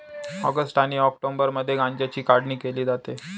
August आणि ऑक्टोबरमध्ये गांज्याची काढणी केली जाते